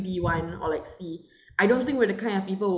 B one or like C I don't think we're that kind of people who